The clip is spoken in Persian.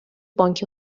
بانک